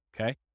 Okay